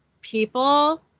people